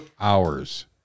hours